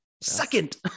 second